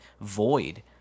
void